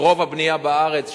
שהיא רוב הבנייה בארץ,